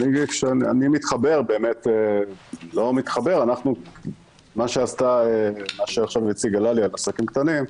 מה שעכשיו הציגה ללי על עסקים קטנים,